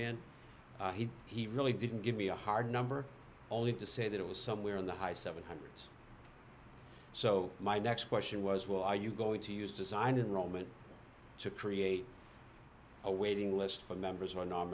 n he he really didn't give me a hard number only to say that it was somewhere in the high seven hundred s so my next question was well are you going to use designed in roman to create a waiting list for members